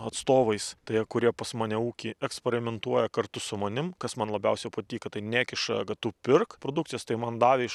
atstovais tie kurie pas mane ūky eksperimentuoja kartu su manim kas man labiausia patika tai nekiša kad tu pirk produkcijos tai man davė iš